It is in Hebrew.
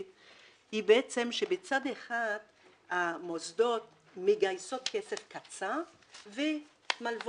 היא בעצם שמצד אחד המוסדות מגייסים כסף קצר ומלוות